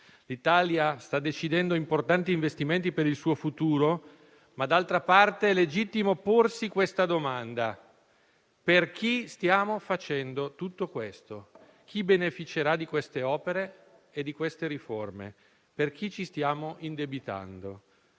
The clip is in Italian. L'Italia sta decidendo importanti investimenti per il suo futuro, ma d'altra parte è legittimo porsi le seguenti domande: per chi stiamo facendo tutto questo? Chi beneficerà di queste opere e di queste riforme? Per chi ci stiamo indebitando?